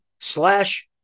slash